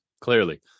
Clearly